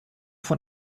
von